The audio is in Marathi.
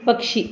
पक्षी